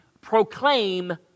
proclaim